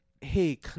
hey